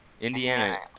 Indiana